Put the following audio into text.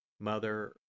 Mother